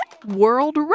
world